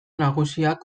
nagusiak